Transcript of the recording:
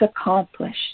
accomplished